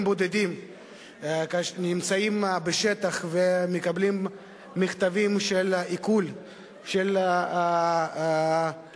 בודדים נמצאים בשטח ומקבלים מכתבים על עיקול של מה